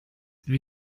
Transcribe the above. wie